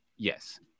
Yes